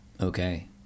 Okay